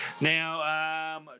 Now